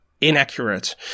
Inaccurate